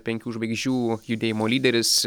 penkių žvaigždžių judėjimo lyderis